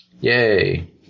Yay